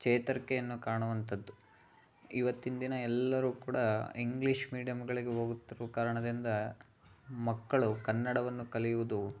ಚೇತರಿಕೆಯನ್ನು ಕಾಣುವಂಥದ್ದು ಇವತ್ತಿನ ದಿನ ಎಲ್ಲರೂ ಕೂಡ ಇಂಗ್ಲೀಷ್ ಮೀಡಿಯಮ್ಗಳಿಗೆ ಹೋಗುತ್ತಿರುವ ಕಾರಣದಿಂದ ಮಕ್ಕಳು ಕನ್ನಡವನ್ನು ಕಲಿಯುವುದು